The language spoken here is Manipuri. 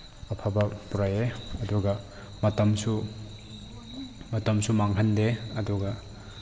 ꯑꯐꯕ ꯄꯨꯔꯛꯑꯦ ꯑꯗꯨꯒ ꯃꯇꯝꯁꯨ ꯃꯥꯡꯍꯟꯗꯦ ꯑꯗꯨꯒ